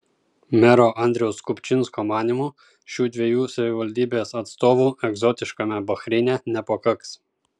mero andriaus kupčinsko manymu šių dviejų savivaldybės atstovų egzotiškame bahreine nepakaks